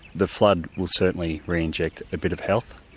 the flood will certainly reinject a bit of health.